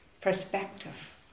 perspective